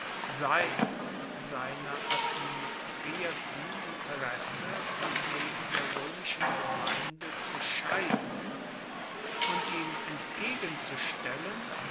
sein und seiner administrierten interesse von dem der roemischen gemeinde zu scheiden und ihm entgegenzustellen